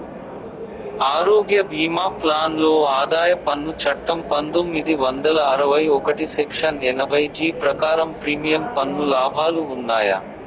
ఆరోగ్య భీమా ప్లాన్ లో ఆదాయ పన్ను చట్టం పందొమ్మిది వందల అరవై ఒకటి సెక్షన్ ఎనభై జీ ప్రకారం ప్రీమియం పన్ను లాభాలు ఉన్నాయా?